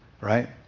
right